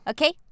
Okay